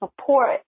support